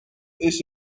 that